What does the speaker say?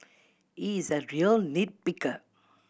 he is a real nit picker